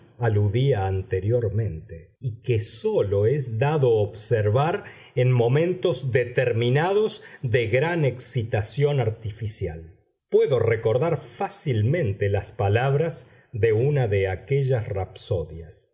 aludía anteriormente y que sólo es dado observar en momentos determinados de gran excitación artificial puedo recordar fácilmente las palabras de una de aquellas rapsodias